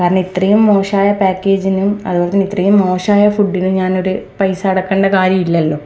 കാരണം ഇത്രയും മോശായ പേക്കേജിനും അതുപോലെ തന്നെ ഇത്രയും മോശമായ ഫുഡ്ഡിനും ഞാനൊരു പൈസ അടക്കണ്ട കാര്യം ഇല്ലല്ലോ